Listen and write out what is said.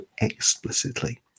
explicitly